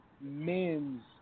men's